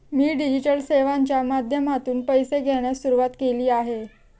मी digital सेवांच्या माध्यमातून पैसे घेण्यास सुरुवात केली आहे